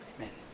Amen